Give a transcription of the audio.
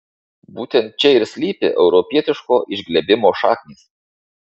būtent čia ir slypi europietiško išglebimo šaknys